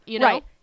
Right